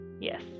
yes